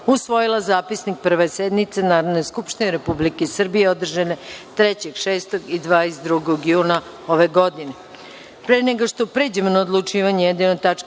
usvojila Zapisnik Prve sednice Narodne skupštine Republike Srbije, održane 3, 6. i 22. juna ove godine. Pre